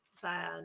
Sad